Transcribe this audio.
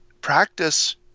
practice